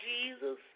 Jesus